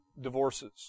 divorces